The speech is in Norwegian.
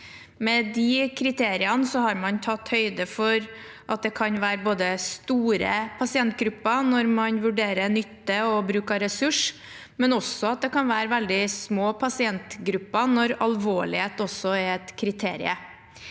Med disse kriteriene har man tatt høyde for at det kan være store pasientgrupper når man vurderer nytte og bruk av ressurs, men også at det kan være veldig små pasientgrupper når «alvorlighet» også er et kriterium.